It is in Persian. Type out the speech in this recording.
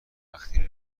وقتی